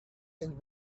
and